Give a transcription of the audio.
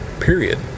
Period